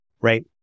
right